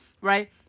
right